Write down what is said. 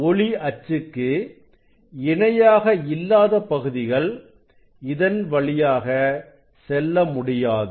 ஒளி அச்சுக்கு இணையாக இல்லாத பகுதிகள் இதன் வழியாக செல்ல முடியாது